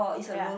ya